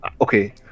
Okay